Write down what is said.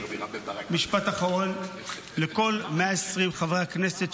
אני אגיד משפט אחרון לכל 120 חברי הכנסת,